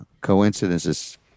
coincidences